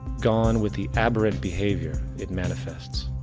gone with the aberrant behavior it manifests.